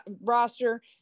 roster